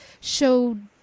showed